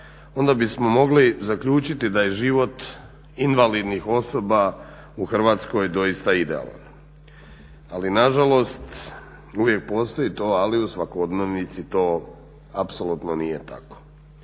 onda bismo mogli zaključiti da je život invalidnih osoba u Hrvatskoj doista idealan. Ali nažalost uvijek postoji to ali, u svakodnevici to apsolutno nije tako.